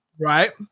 Right